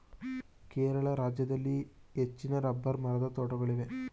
ಕೇರಳ ರಾಜ್ಯದಲ್ಲಿ ಹೆಚ್ಚಿನ ರಬ್ಬರ್ ಮರದ ತೋಟಗಳಿವೆ